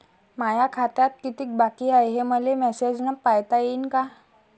माया खात्यात कितीक बाकी हाय, हे मले मेसेजन पायता येईन का?